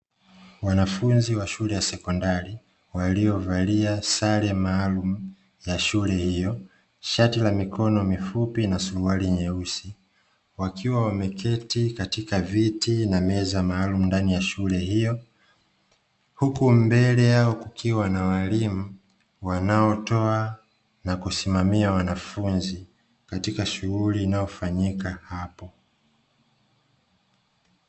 Wanafunzi wa shule ya sekondari, waliovalia sare maalumu ya shule hiyo, shati la mikono mifupi na suruali nyeusi. Wakiwa wameketi katika viti na meza maalumu ndani ya shule hiyo, huku mbele yao kukiwa na walimu, wanaotoa na kusimamia wanafunzi, katika shughuli inayofanyika hapo.